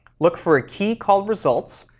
look for a key called results,